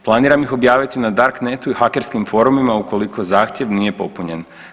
Planiram ih objaviti na dark netu i hakerskim forumima ukoliko zahtjev nije popunjen.